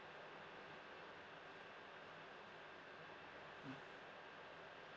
mm